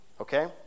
Okay